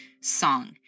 song